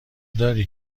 داری